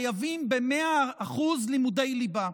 חייבים ב-100% לימודי ליבה.